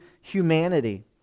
humanity